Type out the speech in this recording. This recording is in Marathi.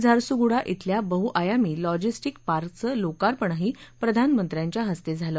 झारसुगुडा धिल्या बहुआयामी लॉजिस्टिक पार्कचं लोकार्पणही प्रधानमंत्र्यांच्या हस्ते झालं